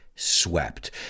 swept